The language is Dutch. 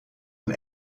een